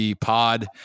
Pod